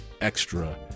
extra